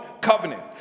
covenant